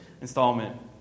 installment